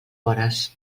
vores